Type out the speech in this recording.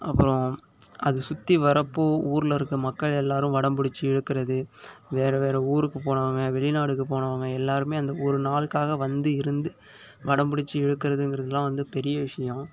அப்புறம் அது சுற்றி வரப்போ ஊரில் இருக்கற மக்கள் எல்லோரும் வடம் பிடிச்சி இழுக்கிறது வேறு வேறு ஊருக்கு போனவங்க வெளிநாடுக்கு போனவங்க எல்லோருமே அந்த ஒரு நாளுக்காக வந்து இருந்து வடம் பிடிச்சி இழுக்கிறதுங்கிறதுலாம் பெரிய விஷயம்